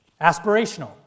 Aspirational